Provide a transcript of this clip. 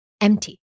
empty